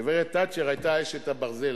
גברת תאצ'ר היתה אשת הברזל.